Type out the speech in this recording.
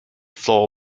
floor